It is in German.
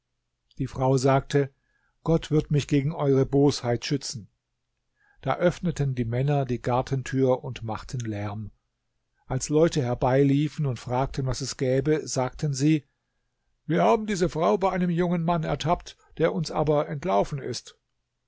die frau sagte gott wird mich gegen eure bosheit schützen da öffneten die männer die gartentür und machten lärm als leute herbeiliefen und fragten was es gäbe sagten sie wir haben diese frau bei einem jungen mann ertappt der uns aber entlaufen ist